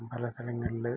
പല സ്ഥലങ്ങൾല്